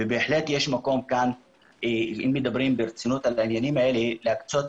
ובהחלט יש מקום כאן אם מדברים ברצינות על העניינים האלה לקצות